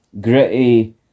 gritty